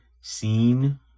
seen